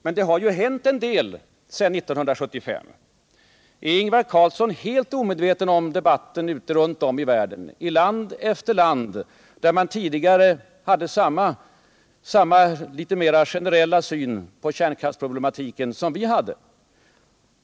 Men det har ju hänt en hel del sedan 1975. Är Ingvar Carlsson helt omedveten om debatten runt om i världen, i land efter land, där man tidigare hade samma, litet mera optimistiska syn på kärnkraftsproblematiken som vi hade?